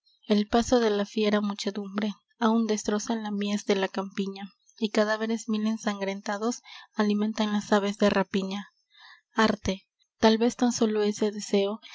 el paso de la fiera muchedumbre áun destroza la miés de la campiña y cadáveres mil ensangrentados alimentan las aves de rapiña arte tal vez tan sólo ese deseo